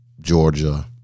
Georgia